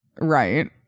right